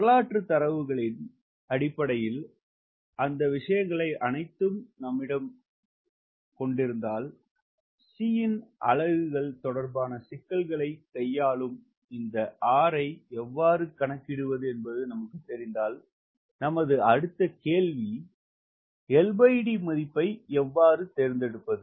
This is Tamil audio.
வரலாற்று தரவுகளின் அடிப்படையில் அந்த விஷயங்கள் அனைத்தும் நம்மிடம் இருந்தால் C இன் அலகுகள் தொடர்பான சிக்கல்களைக் கையாளும் இந்த R ஐ எவ்வாறு கணக்கிடுவது என்பது நமக்கு தெரிந்தால் அடுத்த கேள்வி LD மதிப்பை எவ்வாறு தேர்ந்தெடுப்பது